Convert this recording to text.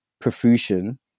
profusion